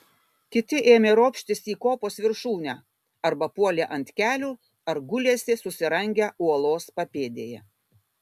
kiti ėmė ropštis į kopos viršūnę arba puolė ant kelių ar gulėsi susirangę uolos papėdėje